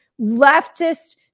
leftist